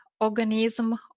organism